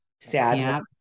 sad